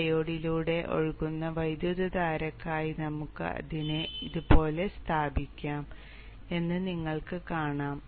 ഡയോഡിലൂടെ ഒഴുകുന്ന വൈദ്യുതധാരയ്ക്കായി നമുക്ക് അതിനെ ഇതുപോലെ സ്ഥാപിക്കാം എന്ന് നിങ്ങൾ കാണും